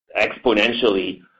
exponentially